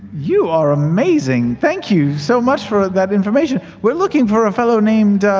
you are amazing, thank you so much for that information. we're looking for a fellow named